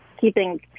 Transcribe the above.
keeping